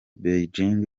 beijing